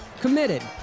committed